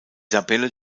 tabelle